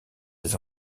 des